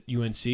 UNC